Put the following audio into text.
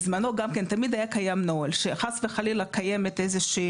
תמיד היה קיים נוהל שאם חס וחלילה קיימת איזושהי